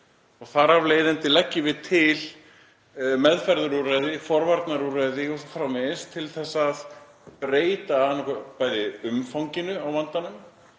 Þar af leiðandi leggjum við til meðferðarúrræði, forvarnaúrræði o.s.frv. til að breyta bæði umfanginu á vandanum